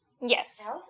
Yes